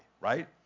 right